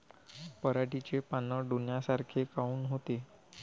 पराटीचे पानं डोन्यासारखे काऊन होते?